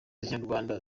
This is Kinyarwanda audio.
kinyarwanda